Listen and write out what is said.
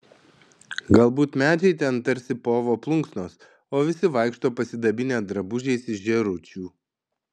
galbūt medžiai ten tarsi povo plunksnos o visi vaikšto pasidabinę drabužiais iš žėručių